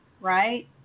Right